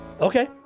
Okay